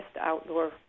Outdoor